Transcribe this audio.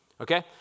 Okay